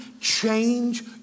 change